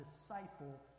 disciple